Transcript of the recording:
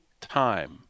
time